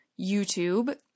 YouTube